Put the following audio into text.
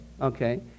okay